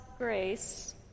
grace